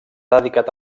dedicat